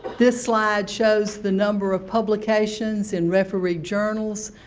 this slide shows the number of publications in refereed journals,